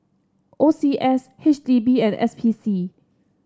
O C S H D B and S P C